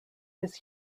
his